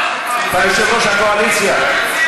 אתה יושב-ראש הקואליציה.